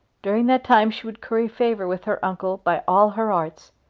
during that time she would curry favour with her uncle by all her arts,